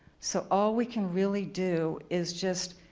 so, all we can really do is just